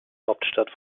hauptstadt